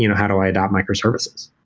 you know how do i adopt microservices?